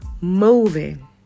moving